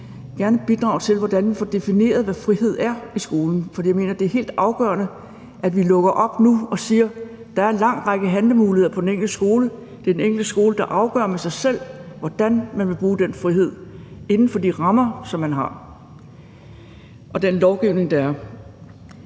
med at bidrage til – hvordan vi får defineret, hvad frihed i skolen er. For jeg mener, det er helt afgørende, at vi nu lukker op og siger, at der er en lang række handlemuligheder på den enkelte skole, og det er den enkelte skole, der afgør med sig selv, hvordan man vil bruge den frihed inden for de rammer, som man har, og den lovgivning, som der er.